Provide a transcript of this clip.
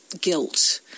guilt